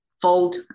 fold